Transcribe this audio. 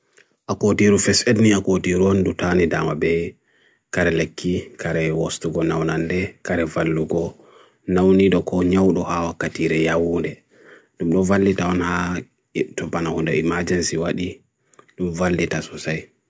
akotiru fes edni akotiru on dutani damabe kare lekki, kare worstu kon nanande, kare valu luko, nanu nido kon nyawdo ha wakatire yawone. Ndumnu vali ta onha to banahonda imagensi wadi, ndumnu vali ta susai.